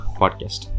podcast